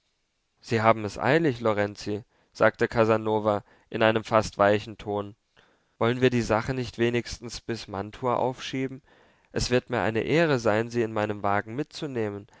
sie haben es eilig lorenzi sagte casanova in einem fast weichen ton wollen wir die sache nicht wenigstens bis mantua aufschieben es wird mir eine ehre sein sie in meinem wagen mitzunehmen